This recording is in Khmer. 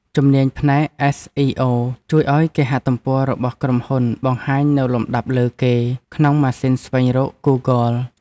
ជំនាញផ្នែកអេសអ៊ីអូជួយឱ្យគេហទំព័ររបស់ក្រុមហ៊ុនបង្ហាញនៅលំដាប់លើគេក្នុងម៉ាស៊ីនស្វែងរកហ្គូហ្គល។